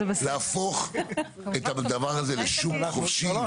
בדיוק להפוך את הדבר הזה לשוק חופשי,